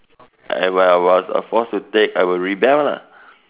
and when I was uh forced to take I would rebel lah